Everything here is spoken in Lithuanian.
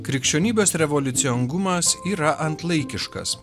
krikščionybės revoliuciongumas yra antlaikiškas